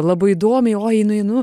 labai įdomiai o einu einu